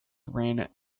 ran